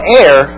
air